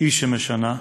היא שמשנה.